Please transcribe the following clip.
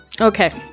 Okay